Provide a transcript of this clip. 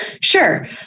Sure